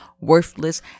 worthless